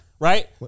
Right